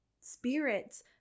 spirits